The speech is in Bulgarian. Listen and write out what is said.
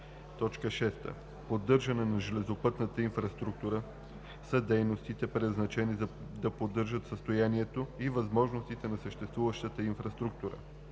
„6. „Поддържане на железопътната инфраструктура“ са дейностите, предназначени да поддържат състоянието и възможностите на съществуващата инфраструктура.“